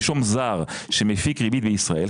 נישום זר שמפיק ריבית בישראל,